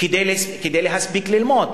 כדי להספיק ללמוד,